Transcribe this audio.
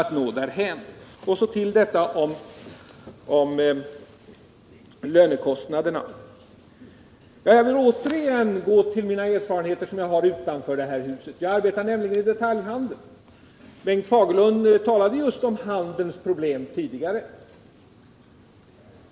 Beträffande frågan om lönekostnaderna vill jag åter hänvisa till mina erfarenheter utanför detta hus. Jag arbetar i detaljhandeln. Bengt Fagerlund talade tidigare just om handelns problem.